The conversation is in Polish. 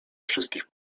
wszystkich